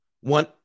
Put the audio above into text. one